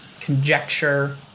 conjecture